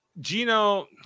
Gino